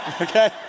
Okay